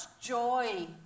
joy